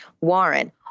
Warren